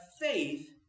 faith